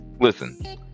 listen